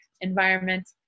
environment